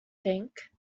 think